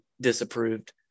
disapproved